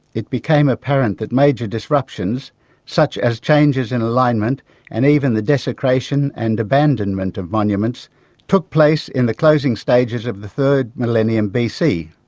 it became apparent that major disruptions such as changes in alignment and even the desecration and abandonment of monuments took place in the closing stages of the third millennium bc,